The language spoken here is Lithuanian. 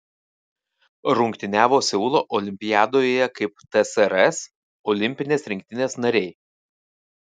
rungtyniavo seulo olimpiadoje kaip tsrs olimpinės rinktinės nariai